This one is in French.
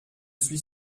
suis